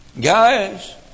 guys